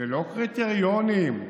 ללא קריטריונים,